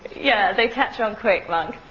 yeah, they catch on quick, monk.